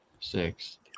six